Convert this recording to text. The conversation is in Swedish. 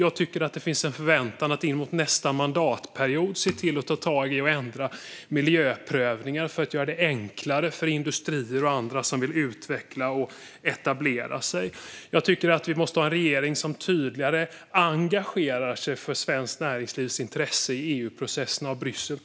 Jag tycker att det finns en förväntan att inemot nästa mandatperiod se till att ta tag i och ändra miljöprövningen för att göra det enklare för industrier och andra som vill utveckla och etablera sig. Jag tycker att vi måste ha en regering som tydligare engagerar sig för svenskt näringslivs intresse i EU-processerna och Bryssel.